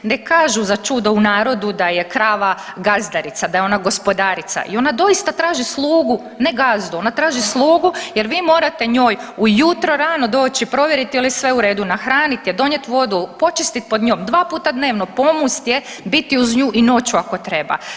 Ne kažu za čudo u narodu da je krava gazdarica, da je ona gospodarica i onda doista traži slugu, ne gazdu, ona traži slugu jer vi morate njoj ujutro rano doći provjeriti je li sve u redu, nahranit je, donijet vodu, počistit pod njom, dva puta dnevno pomust je, biti uz nju i noću ako vam treba.